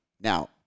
Now